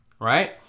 Right